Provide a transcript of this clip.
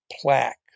plaque